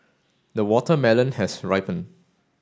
the watermelon has ripened